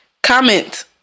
comment